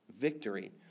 victory